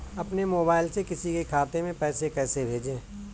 अपने मोबाइल से किसी के खाते में पैसे कैसे भेजें?